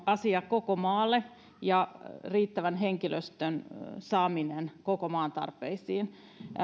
asia koko maalle ja riittävän henkilöstön saaminen koko maan tarpeisiin